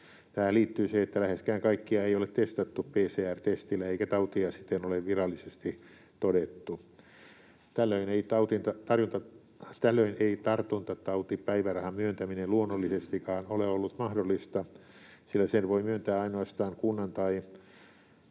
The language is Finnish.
Tähän liittyy se, että läheskään kaikkia ei ole testattu PCR-testillä eikä tautia siten ole virallisesti todettu. Tällöin ei tartuntatautipäivärahan myöntäminen luonnollisestikaan ole ollut mahdollista, sillä sen voi myöntää ainoastaan kunnan tai